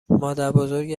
مادربزرگ